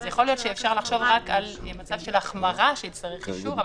אז יכול להיות שאפשר לחשוב רק על מצב של החמרה שיצטרך אישור,